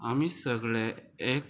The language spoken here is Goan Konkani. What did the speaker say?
आमी सगळे एक